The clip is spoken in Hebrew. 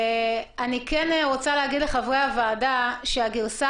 אני כן רוצה להגיד לחברי הוועדה שהגרסה